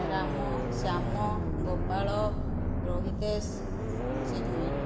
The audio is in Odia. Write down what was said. ରାମ ଶ୍ୟାମ ଗୋପାଳ ରୋହିତେଶ ଚିନ୍ମୟୀ